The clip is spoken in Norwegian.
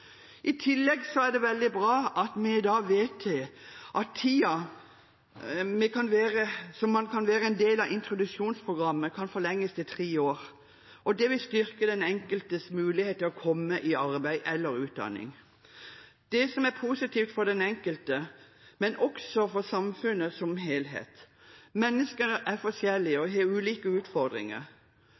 I tillegg er det veldig bra at vi i dag vedtar at tiden man kan være en del av introduksjonsprogrammet, kan forlenges til tre år når det vil styrke den enkeltes mulighet til å komme i arbeid eller utdanning. Det er positivt for den enkelte, men også for samfunnet som helhet. Mennesker er forskjellige og har ulike utfordringer.